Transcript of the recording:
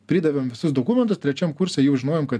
pridavėm visus dokumentus trečiam kurse jau žinojom kad